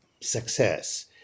success